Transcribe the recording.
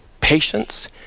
patience